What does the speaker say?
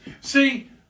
See